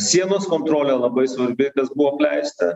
sienos kontrolė labai svarbi kas buvo apleista